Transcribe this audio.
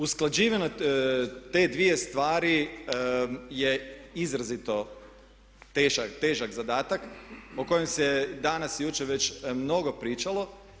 Usklađivane te dvije stvari je izrazito težak zadatak o kojem se danas i jučer već mnogo pričalo.